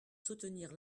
soutenir